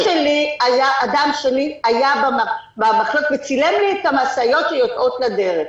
שאדם שלי היה --- וצילם לי את המשאיות שיוצאות לדרך.